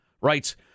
writes